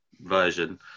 version